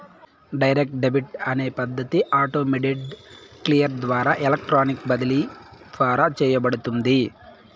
direct debit అనే పద్ధతి automated clear ద్వారా ఎలక్ట్రానిక్ బదిలీ ద్వారా చేయబడుతుంది